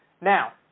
Now